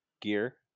gear